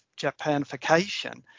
Japanification